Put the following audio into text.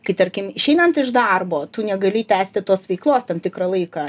kai tarkim išeinant iš darbo tu negali tęsti tos veiklos tam tikrą laiką